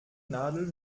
nadel